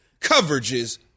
coverages